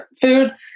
food